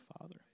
Father